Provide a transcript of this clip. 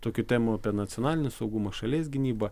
tokių temų apie nacionalinį saugumą šalies gynybą